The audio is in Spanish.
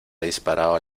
disparado